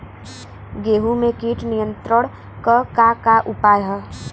गेहूँ में कीट नियंत्रण क का का उपाय ह?